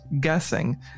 guessing